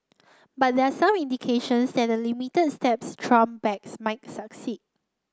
but there are some indications that the limits steps trump backs might succeed